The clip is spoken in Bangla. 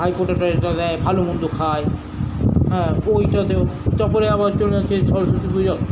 ভাইফোঁটা টাইফোঁটা দেয় ভালোমন্দ খায় হ্যাঁ ওইটাতেও তারপরে আবার চলে আসে সরস্বতী পুজো